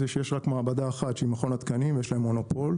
זה שיש רק מעבדה אחת שהיא מכון התקנים ויש להם מונופול,